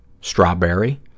strawberry